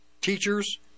teachers